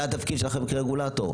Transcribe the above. זה התפקיד שלכם כרגולטור,